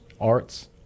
arts